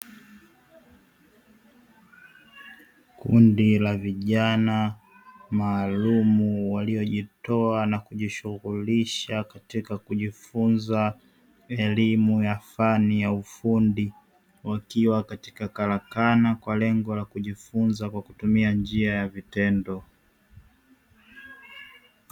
Kundi la vijana maalumu waliojitoa na kujishughulisha katika kujifunza elimu ya fani ya ufundi, wakiwa katika karakana kwa lengo la kujifunza kwa kutumia njia ya vitendo.